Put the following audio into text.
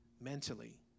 mentally